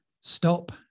stop